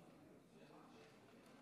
32 חברי כנסת בעד, שישה